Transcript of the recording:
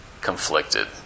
conflicted